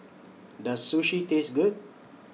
Does Sushi Taste Good